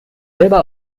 selber